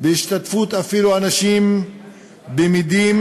אפילו בהשתתפות אנשים במדים;